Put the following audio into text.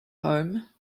home